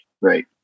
Right